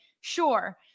sure